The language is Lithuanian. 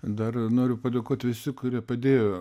dar noriu padėkot visi kurie padėjo